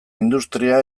industria